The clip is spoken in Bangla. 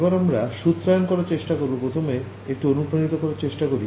এবার আমরা সুত্রায়ন করার চেষ্টা করবো প্রথমে একটু অনুপ্রানিত করার চেষ্টা করছি